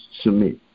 submit